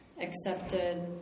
accepted